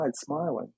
smiling